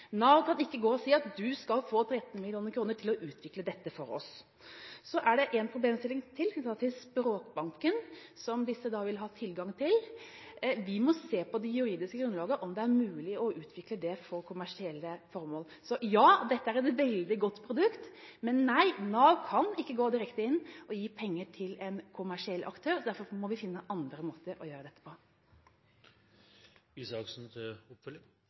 Nav kan ikke si at man skal få 13 mill. kr til å utvikle dette for dem. Så er det en problemstilling til. Den er knyttet til språkbanken, som disse vil ha tilgang til. Vi må se på det juridiske grunnlaget – om det er mulig å utvikle dette for kommersielle formål. Så ja, dette er et veldig godt produkt. Men nei, Nav kan ikke gå direkte inn og gi penger til en kommersiell aktør. Derfor må vi finne andre måter å gjøre dette